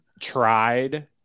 tried